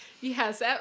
Yes